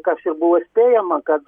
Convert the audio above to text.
kas ir buvo spėjama kad